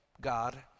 God